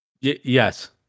Yes